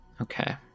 Okay